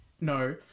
No